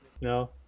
No